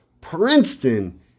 Princeton